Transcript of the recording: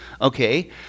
okay